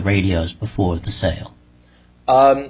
radios before the sale